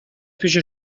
پیش